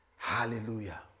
Hallelujah